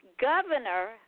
governor